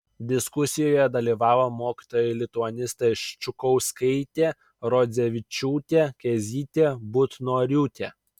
diskusijoje dalyvavo mokytojai lituanistai ščukauskaitė rodzevičiūtė kėzytė butnoriūtė